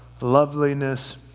loveliness